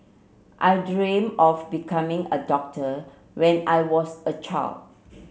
I dream of becoming a doctor when I was a child